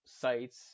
sites